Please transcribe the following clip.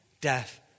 death